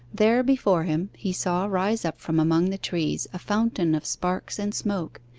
there, before him, he saw rise up from among the trees a fountain of sparks and smoke,